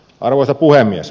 arvoisa puhemies